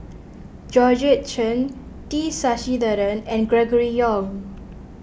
Georgette Chen T Sasitharan and Gregory Yong